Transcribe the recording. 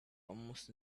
almost